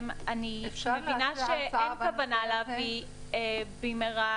אני מבינה שאין כוונה להביא תקנות במהרה.